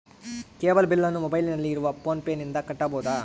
Cable ಬಿಲ್ಲನ್ನು ಮೊಬೈಲಿನಲ್ಲಿ ಇರುವ ಫೋನ್ ಪೇನಿಂದ ಕಟ್ಟಬಹುದಾ?